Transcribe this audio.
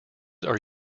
are